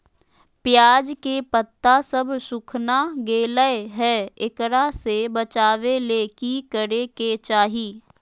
प्याज के पत्ता सब सुखना गेलै हैं, एकरा से बचाबे ले की करेके चाही?